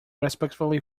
respectfully